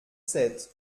sept